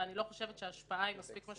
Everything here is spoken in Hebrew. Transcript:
ואני לא חושבת שההשפעה היא משמעותית מספיק.